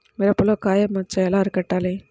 మిరపలో కాయ మచ్చ ఎలా అరికట్టాలి?